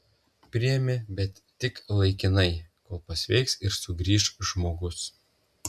priėmė bet tik laikinai kol pasveiks ir sugrįš žmogus